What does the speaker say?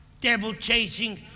devil-chasing